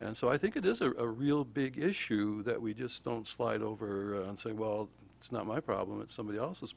and so i think it is a real big issue that we just don't slide over and say well it's not my problem it's somebody else's